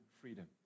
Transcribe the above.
freedom